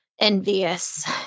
envious